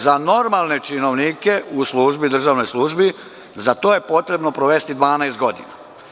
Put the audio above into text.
Za normalne činovnike u državnoj službi za to je potrebno provesti 12 godina.